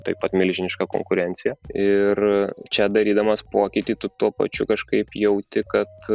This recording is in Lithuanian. taip pat milžiniška konkurencija ir čia darydamas pokytį tu tuo pačiu kažkaip jauti kad